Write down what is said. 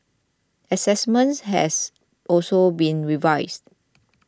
assessment has also been revised